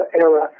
era